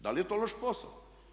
Da li je to loš posao?